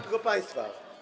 tego państwa.